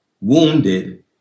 Wounded